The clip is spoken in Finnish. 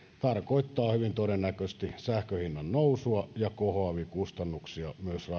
tarkoittaa hyvin todennäköisesti sähkön hinnan nousua ja kohoavia kustannuksia myös raideliikenteelle tuntuu siltä että uudistuksessa otetaan